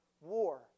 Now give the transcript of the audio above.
war